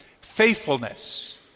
faithfulness